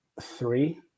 three